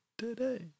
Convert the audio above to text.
Today